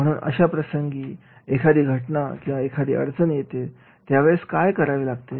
म्हणून अशा प्रसंगी एखादी घटना किंवा एखादी अडचण येते त्या वेळेस काय करावे लागते